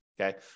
okay